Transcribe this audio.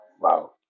Wow